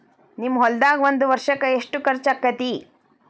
ನಿಮ್ಮ ಹೊಲ್ದಾಗ ಒಂದ್ ವರ್ಷಕ್ಕ ಎಷ್ಟ ಖರ್ಚ್ ಆಕ್ಕೆತಿ?